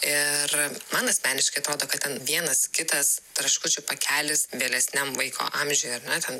ir man asmeniškai atrodo kad ten vienas kitas traškučių pakelis vėlesniam vaiko amžiuj ar ne ten